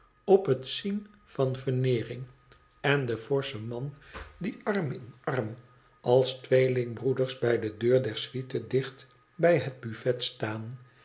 op het zien van veneering en den forschen man die arm in arm als tweehngbroeders bij de deur der suite dicht bij het buffet staan